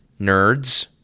nerds